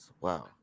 wow